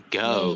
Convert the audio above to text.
go